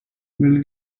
bill